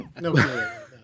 no